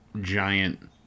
giant